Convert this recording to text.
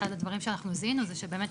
אחד הדברים שאנחנו זיהינו זה שכדאי באמת